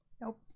nope